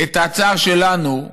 את ההצעה שלנו,